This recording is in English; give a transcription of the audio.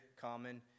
common